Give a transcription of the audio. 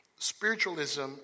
Spiritualism